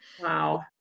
Wow